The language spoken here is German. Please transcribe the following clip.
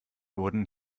wurden